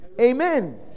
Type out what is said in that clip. Amen